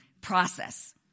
process